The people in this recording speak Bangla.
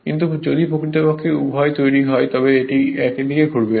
কিন্তু যদি প্রকৃতপক্ষে উভয়ই তৈরি হয় তবে এটি একই দিকে ঘুরবে